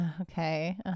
Okay